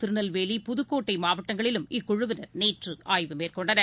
திருநெல்வேலி புதுக்கோட்டைமாவட்டங்களிலும் விருதுநகர் இக்குழுவினர் நேற்றுஆய்வு மேற்கொண்டனர்